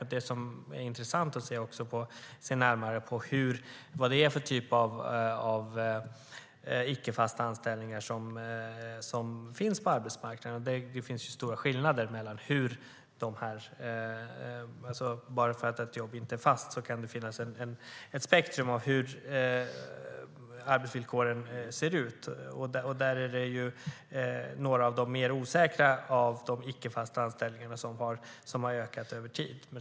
Något som är intressant att titta närmare på är vad det är för typ av icke fasta anställningar som finns på arbetsmarknaden. Det finns stora skillnader. Det kan finnas ett spektrum av arbetsvillkor. Och det är några av de mer osäkra av de icke fasta anställningarna som har ökat över tid.